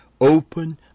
open